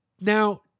Now